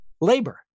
labor